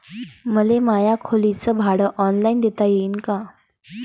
मले माया खोलीच भाड ऑनलाईन देता येईन का?